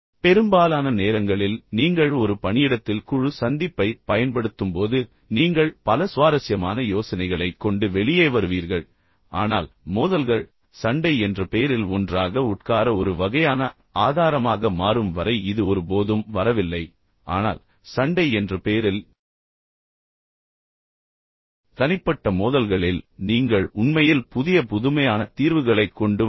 பெரும்பாலான நேரங்களில் நீங்கள் ஒரு பணியிடத்தில் குழு சந்திப்பை பயன்படுத்தும்போது நீங்கள் பல சுவாரஸ்யமான யோசனைகளைக் கொண்டு வெளியே வருவீர்கள் ஆனால் மோதல்கள் சண்டை என்ற பெயரில் ஒன்றாக உட்கார ஒரு வகையான ஆதாரமாக மாறும் வரை இது ஒருபோதும் வரவில்லை ஆனால் சண்டை என்ற பெயரில் தனிப்பட்ட மோதல்களில் நீங்கள் உண்மையில் புதிய புதுமையான தீர்வுகளைக் கொண்டு வந்தீர்கள்